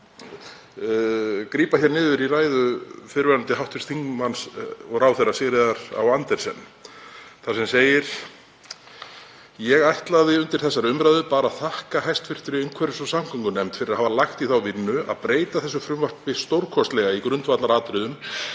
grípa niður í ræðu fyrrverandi hv. þingmanns og ráðherra, Sigríðar Á. Andersen, þar sem segir: „Ég ætlaði undir þessari umræðu bara að þakka hv. umhverfis- og samgöngunefnd fyrir að hafa lagt í þá vinnu að breyta þessu frumvarpi stórkostlega í grundvallaratriðum